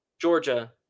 Georgia